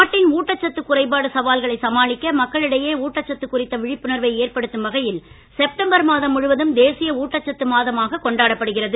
நாட்டின் ஊட்டச்சத்து குறைபாடு சவால்களை சமாளிக்க மக்களிடையே ஊட்டச்சத்து குறித்த விழிப்புணர்வை ஏற்படுத்தும் வகையில் செப்டம்பர் மாதம் முழுவதும் தேசிய ஊட்டச்சத்து மாதமாக கொண்டாடப்படுகிறது